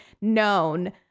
known